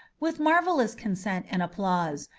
with marvellous consent and applause,